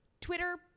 Twitter